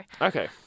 Okay